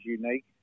unique